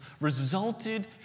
resulted